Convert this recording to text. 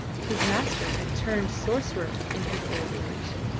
his master had turned sorcerer in his old age.